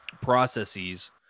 processes